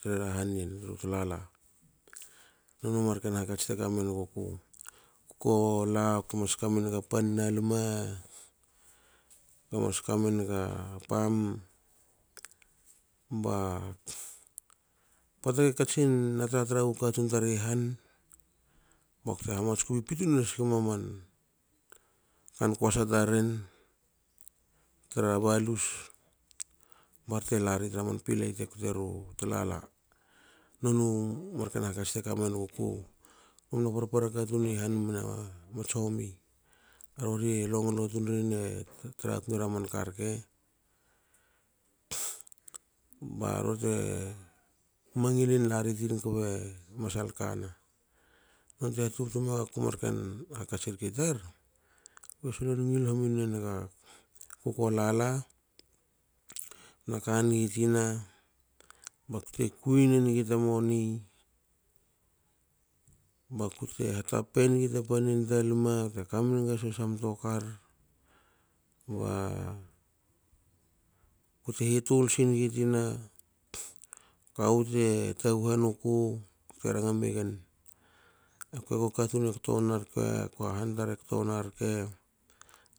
Treha han yen tulala. noniu marken hakats te kamenguku. Ko la kue mas kamenga panna luma komas kamenga pam ba pota te katsin na tratra wu katun tar i han bakte hamatsku pipitun nasnegman man kan koasa taren tra balus barte lar tra man pilei te koteru tulala nonu marken hakats teka menguku kamna parpara katun i han matsomi rori e longlo tunri ne tra tunera manka rke ba rorte mangilin laritin kbe masal kana. Nonte hatubtu megaku marken hakats rki tar. kue solon ngo hominwe niga kuko lala btna kanigi tina bakte kui nenigi ta moni bakute hatapa naga lme. kue kamenga sohsa mtokar ba kute hitul sinigi tina kawu te taguhe nuku bte ranga megen kue go katun kto wna rke. han tar e kto wna rke,